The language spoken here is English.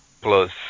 plus